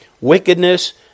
wickedness